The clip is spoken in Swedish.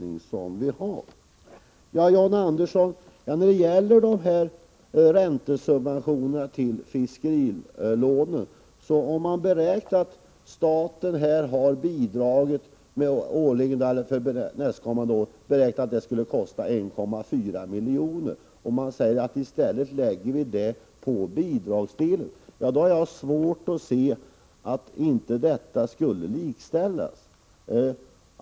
Jag vill till John Andersson säga när det gäller räntesubventionerna till fiskerilånen att om man har beräknat kostnaderna för nästkommande år till 1,4 miljoner och i stället lägger detta belopp på bidragsdelen, så har jag svårt att se att inte detta skulle likställas.